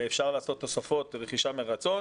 ואפשר לעשות תוספות של רכישה מרצון.